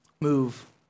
move